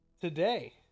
today